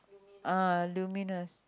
uh luminous